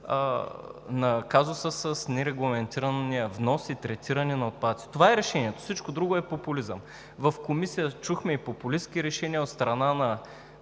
на казуса с нерегламентирания внос и третиране на отпадъците. Това е решението – всичко друго е популизъм. В Комисията чухме и популистки решения от страна на